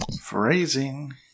Phrasing